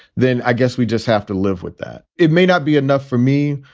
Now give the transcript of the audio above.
then i guess we just have to live with that. it may not be enough for me,